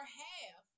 half